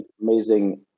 amazing